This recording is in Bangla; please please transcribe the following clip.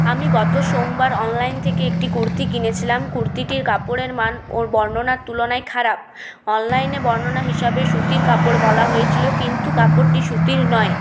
আমি গত সোমবার অনলাইন থেকে একটি কুর্তি কিনেছিলাম কুর্তিটির কাপড়ের মান ওর বর্ণনার তুলনায় খারাপ অনলাইনে বর্ণনা হিসেবে সুতির কাপড় বলা হয়েছিল কিন্তু কাপড়টি সুতির নয়